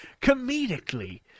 Comedically